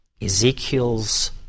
Ezekiel's